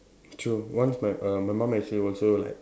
true once my err my mum actually also like